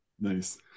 Nice